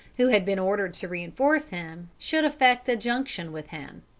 who had been ordered to reinforce him, should effect a junction with him.